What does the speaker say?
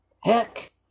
heck